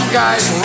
guys